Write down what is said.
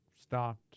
stopped